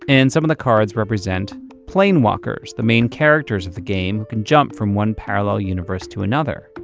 and some of the cards represent plainwalkers, the main characters of the game who can jump from one parallel universe to another